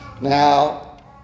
Now